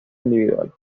individual